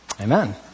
Amen